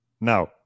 now